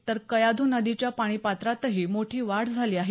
तर कयाधू नदीच्या पाणी पात्रातही मोठी वाढ झाली आहे